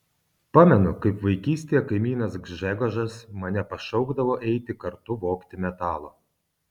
pamenu kaip vaikystėje kaimynas gžegožas mane pašaukdavo eiti kartu vogti metalo